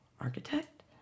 Architect